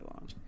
long